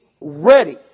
ready